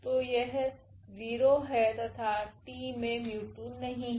तो यह 0 है तथा t मे 𝜇2 नहीं है